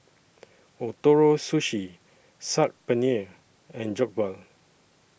Ootoro Sushi Saag Paneer and Jokbal